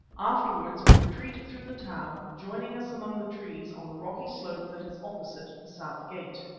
afterwards retreat through the town, joining us among the trees on the rocky slope that is opposite the south gate.